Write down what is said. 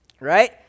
Right